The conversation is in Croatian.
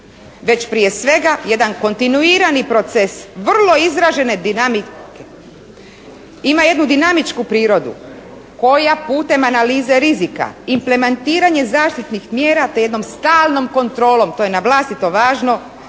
već prije svega jedan kontinuirani proces vrlo izražene dinamike, ima jednu dinamičku prirodu koja putem analize rizika implementiranje zaštitnih mjera te jednom stalnom kontrolom, to je na vlastito važno